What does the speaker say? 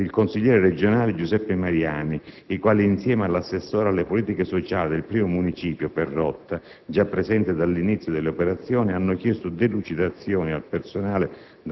il consigliere regionale Giuseppe Mariani, i quali, insieme all'assessore alle politiche sociali del I municipio, Perrotta, già presente dall'inizio delle operazioni, hanno chiesto delucidazioni al personale